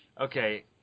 Okay